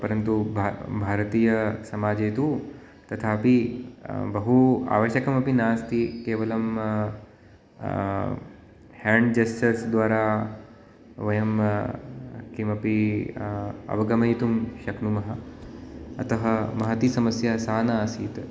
परन्तु भा भारतीयसमाजे तु तथापि बहु आवश्यकमपि नास्ति केवलं ह्याण्ड् जेस्चर्स्द्वारा वयं किमपि अवगमयितुं शक्नुमः अतः महती समस्या सा न आसीत्